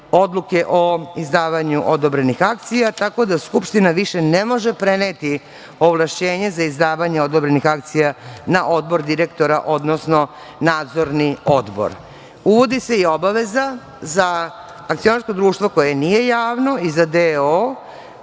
o izdavanju odobrenih akcija, tako da skupština više ne može preneti ovlašćenje za izdavanje odobrenih akcija na Odbor direktora, odnosno Nadzorni odbor. Uvodi se i obaveza za akcionarsko društvo koje nije javno i za d.o.